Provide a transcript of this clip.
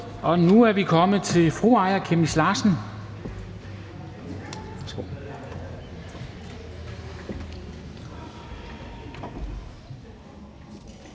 Nu er vi kommet til fru Aaja Chemnitz Larsen.